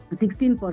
16%